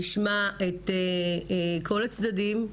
נשמע את כל הצדדים,